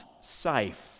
safe